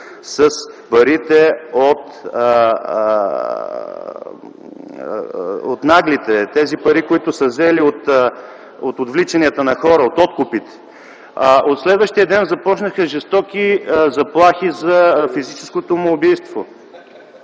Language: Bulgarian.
с парите от „Наглите” – тези пари, които са взели от отвличанията на хора, от откупите. От следващия ден започнаха жестоки заплахи за физическото му убийство.